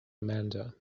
amanda